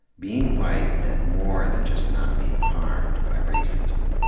being white meant more than just not being harmed by racism.